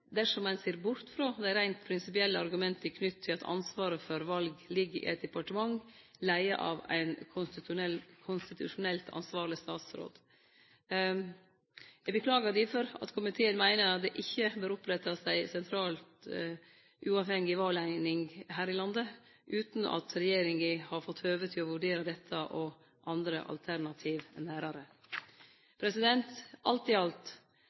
dersom ein ser bort frå dei reint prinsipielle argumenta knytte til at ansvaret for val ligg til eit departement leia av ein konstitusjonelt ansvarleg statsråd. Eg beklagar difor at komiteen meiner det ikkje bør opprettast ei sentralt uavhengig valeining her i landet – utan at regjeringa har fått høve til å vurdere dette og andre alternativ nærare. Alt